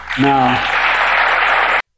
Now